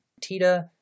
Tita